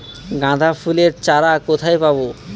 গাঁদা ফুলের চারা কোথায় পাবো?